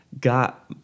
got